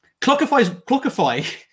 Clockify